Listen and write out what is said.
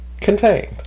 contained